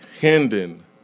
Hendon